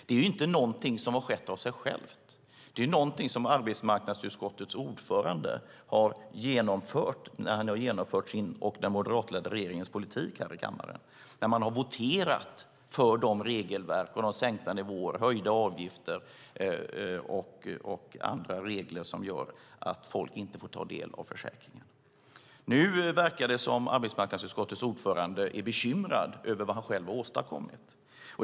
Det är inte någonting som har skett av sig självt. Det är någonting som arbetsmarknadsutskottets ordförande har genomfört när han har genomfört sin och den moderatledda regeringens politik här i kammaren när man har voterat för de regelverk, sänkta nivåer, höjda avgifter och andra regler som gör att folk inte får ta del av försäkringen.